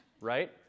right